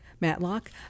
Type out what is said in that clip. Matlock